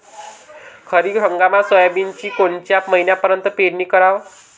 खरीप हंगामात सोयाबीनची कोनच्या महिन्यापर्यंत पेरनी कराव?